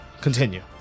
continue